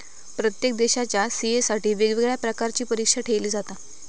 प्रत्येक देशाच्या सी.ए साठी वेगवेगळ्या प्रकारची परीक्षा ठेयली जाता